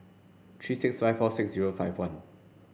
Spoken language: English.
three six five four six zero five one